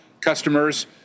customers